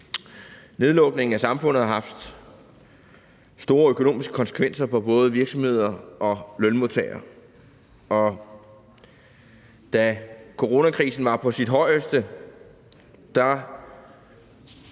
Nedlukningen af samfundet har haft store økonomiske konsekvenser for både virksomheder og lønmodtagere, og da coronakrisen var på sit højeste,